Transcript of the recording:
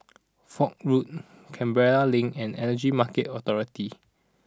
Foch Road Canberra Link and Energy Market Authority